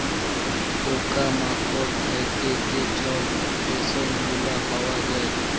পকা মাকড় থ্যাইকে যে ছব রেশম গুলা পাউয়া যায়